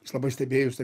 jis labai stebėjosi